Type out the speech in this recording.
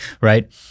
right